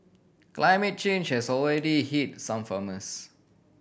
climate change has already hit some farmers